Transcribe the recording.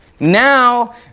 Now